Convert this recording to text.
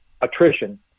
attrition